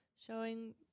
showing